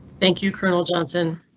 thank you, colonel johnson.